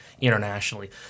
internationally